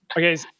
Okay